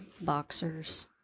Boxers